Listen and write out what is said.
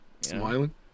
smiling